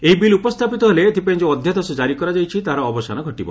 ଏହି ବିଲ୍ ଉପସ୍ଥାପିତ ହେଲେ ଏଥିପାଇଁ ଯେଉଁ ଅଧ୍ୟାଦେଶ ଜାରି କରାଯାଇଛି ତାହାର ଅବସାନ ଘଟିବ